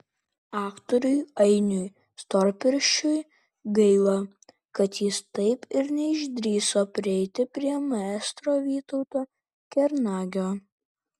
aktoriui ainiui storpirščiui gaila kad jis taip ir neišdrįso prieiti prie maestro vytauto kernagio